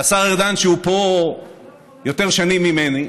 והשר ארדן, שהוא פה יותר שנים ממני,